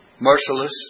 merciless